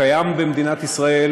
קיים במדינת ישראל